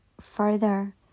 further